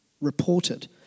reported